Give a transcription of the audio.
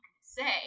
say